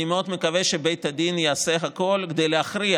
אני מאוד מקווה שבית הדין יעשה הכול כדי להכריע